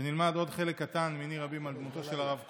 שנלמד עוד חלק קטן מני רבים על דמותו של הרב קוק,